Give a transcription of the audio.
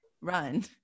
run